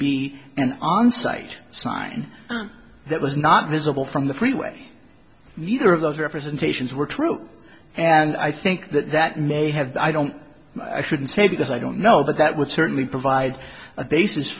an on site sign that was not visible from the freeway neither of those representations were true and i think that that may have i don't i shouldn't say because i don't know but that would certainly provide a basis